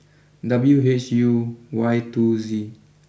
W H U Y two Z